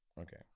Okay